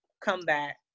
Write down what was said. comeback